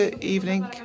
evening